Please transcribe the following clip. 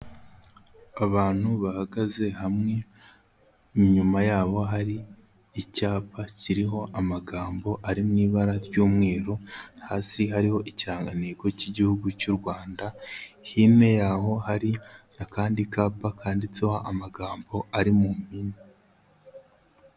Abantu bahagaze hamwe inyuma yabo hari icyapa kiriho amagambo ari mu ibara ry'umweru, hasi hariho ikigantego cy'Igihugu cy'u Rwanda, hino yaho hari akandi kapa kanditseho amagambo ari mu mpine.